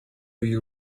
you